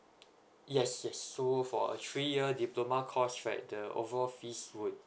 yes yes so for a three year diploma course right the overall fees would